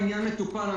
העניין מטופל,